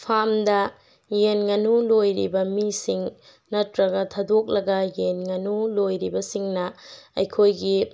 ꯐꯥꯔꯝꯗ ꯌꯦꯟ ꯉꯥꯅꯨ ꯂꯣꯏꯔꯤꯕ ꯃꯤꯁꯤꯡ ꯅꯠꯇ꯭ꯔꯒ ꯊꯥꯗꯣꯛꯂꯒ ꯌꯦꯟ ꯉꯥꯅꯨ ꯂꯣꯏꯔꯤꯕꯁꯤꯡꯅ ꯑꯩꯈꯣꯏꯒꯤ